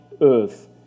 earth